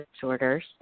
disorders